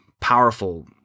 powerful